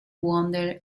wondered